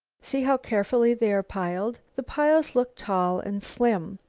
see how carefully they are piled. the piles look tall and slim.